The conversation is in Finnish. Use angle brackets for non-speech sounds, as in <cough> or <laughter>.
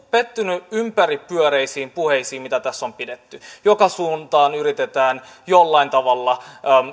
<unintelligible> pettynyt ympäripyöreisiin puheisiin mitä tässä on pidetty joka suuntaan yritetään jollain tavalla